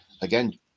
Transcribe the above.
again